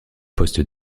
poste